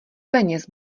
peněz